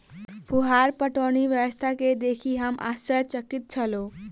फुहार पटौनी व्यवस्था के देखि हम आश्चर्यचकित छलौं